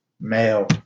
Male